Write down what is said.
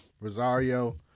Rosario